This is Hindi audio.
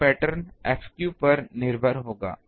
तो पैटर्न F पर निर्भर होगा